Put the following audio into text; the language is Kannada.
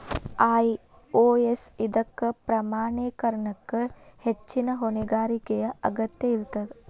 ಐ.ಒ.ಎಸ್ ಇದಕ್ಕ ಪ್ರಮಾಣೇಕರಣಕ್ಕ ಹೆಚ್ಚಿನ್ ಹೊಣೆಗಾರಿಕೆಯ ಅಗತ್ಯ ಇರ್ತದ